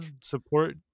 support